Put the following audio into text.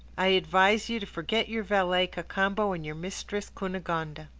i advise you to forget your valet cacambo and your mistress cunegonde.